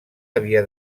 havia